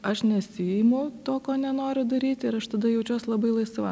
aš nesiimu to ko nenoriu daryti ir aš tada jaučiuos labai laisva